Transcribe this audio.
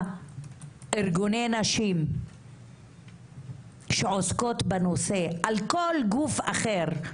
לארגוני נשים שעוסקות בנושא, על כל גוף אחר,